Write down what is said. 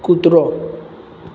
કૂતરો